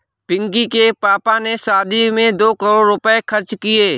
पिंकी के पापा ने शादी में दो करोड़ रुपए खर्च किए